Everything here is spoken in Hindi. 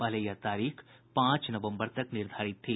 पहले यह तारीख पांच नवम्बर तक निर्धारित थी